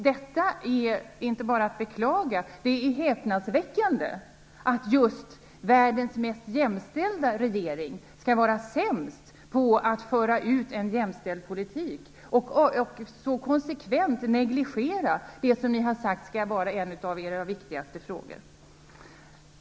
Detta är inte bara att beklaga - det är häpnadsväckande att just världens mest jämställda regering skall vara sämst på att föra ut en jämställd politik och så konsekvent negligera det som ni har sagt skall vara en av era viktigaste frågor.